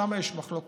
שם יש מחלוקות,